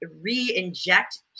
re-inject